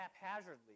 haphazardly